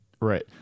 Right